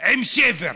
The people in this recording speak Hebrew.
עם שבר.